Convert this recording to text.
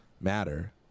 matter